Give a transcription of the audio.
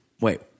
Wait